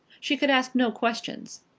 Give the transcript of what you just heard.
she could ask no questions.